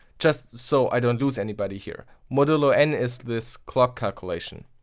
just so i don't loose anybody here. modulo and is this clock calculation.